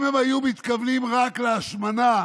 אם היו מתכוונים רק להשמנה,